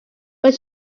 what